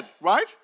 right